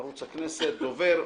ערוץ הכנסת, דובר.